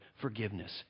forgiveness